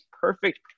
perfect